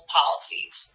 policies